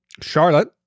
Charlotte